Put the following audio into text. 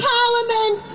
Parliament